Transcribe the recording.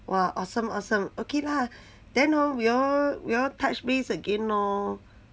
!wah! awesome awesome okay lah then hor we all we all touch base again orh